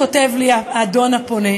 כותב לי האדון הפונה,